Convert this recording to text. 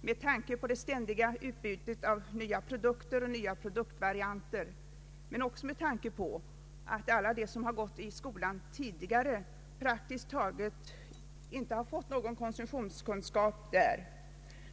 både med tanke på det ständiga utbudet av nya produkter och produktvarianter och med tanke på att alla som gått ut grundskolan praktiskt taget inte fått någon konsumtionskunskap.